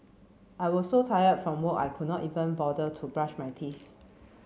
I was so tired from work I could not even bother to brush my teeth